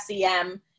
SEM